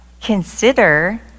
consider